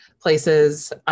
places